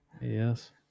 yes